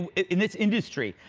in this industry.